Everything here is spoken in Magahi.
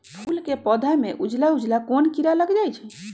फूल के पौधा में उजला उजला कोन किरा लग जई छइ?